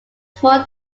smaller